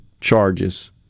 charges